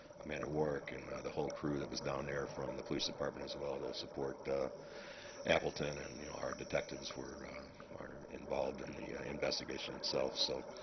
commander wark and the whole crew that was down there from the police department as well to support the appleton, and you know, our detectives were involved in the investigation itself, so,